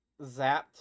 zapped